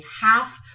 half